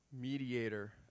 mediator